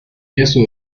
eso